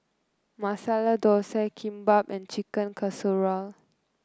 Masala Dosa Kimbap and Chicken Casserole